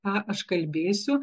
ką aš kalbėsiu